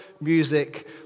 music